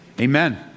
amen